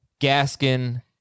Gaskin